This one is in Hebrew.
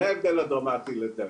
זה ההבדל הדרמטי לדעתי.